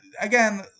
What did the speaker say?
again